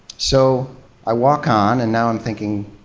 so i walk on, and now i'm thinking,